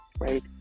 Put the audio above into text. right